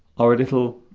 are a little